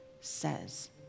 says